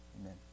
Amen